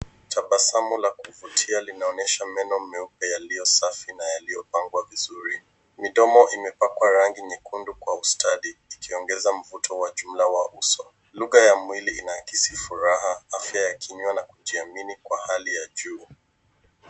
Tabasamu la kuvutia linaonyesha meno meupe yaliyo safi na yaliyopangwa vizuri. Midomo imepakwa rangi nyekundu kwa ustadi ikiongeza mvuto wa jumla wa uso. Lugha ya mwili inaakisi furaha, afya ya kinywa na kujiamini kwa hali ya juu.